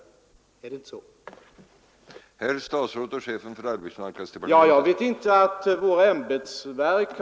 Är det inte så?